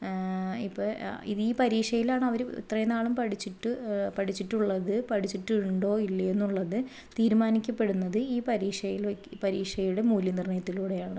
ഇപ്പോൾ ഇനി ഈ പരീക്ഷയിലാണ് അവര് ഇത്രയും നാള് പഠിച്ചിട്ട് പഠിച്ചിട്ട് ഉള്ളത് പഠിച്ചിട്ട് ഉണ്ടോ ഇല്ലയോ എന്നുള്ളത് തീരുമാനിക്കപ്പെടുന്നത് ഈ പരീക്ഷയിൽ പരീക്ഷയുടെ മൂല്യനിർണയത്തിലുടെയാണ്